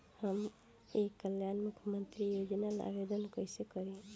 हम ई कल्याण मुख्य्मंत्री योजना ला आवेदन कईसे करी?